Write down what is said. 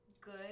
good